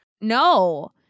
no